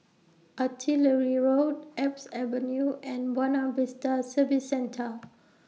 Artillery Road Alps Avenue and Buona Vista Service Centre